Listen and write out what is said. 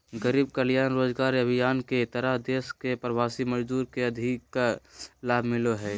गरीब कल्याण रोजगार अभियान के तहत देश के प्रवासी मजदूर के अधिक लाभ मिलो हय